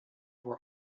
were